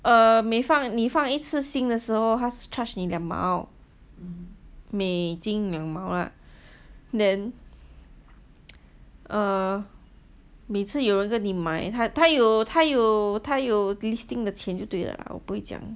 err 没放你放一次新的时候他 charge 你两毛美金两毛 lah then err 每次有人跟你买他他有他有他有 listing 的钱就对 lah 我不会讲